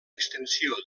extensió